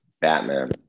Batman